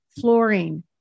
Flooring